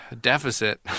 deficit